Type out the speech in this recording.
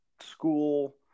school